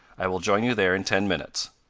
i will join you there in ten minutes.